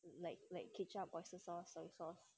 like like got oyster sauce soy sauce